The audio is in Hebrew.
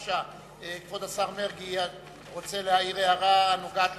כבוד השר מרגי רוצה להעיר הערה הנוגעת